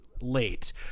late